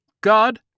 God